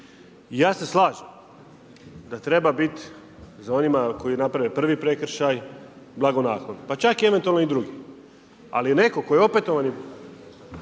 I ja se slažem da treba biti za onima koji naprave prvi prekršaj, blago naknadno, pa ček, eventualno i drugi. Ali, netko tko je opetovano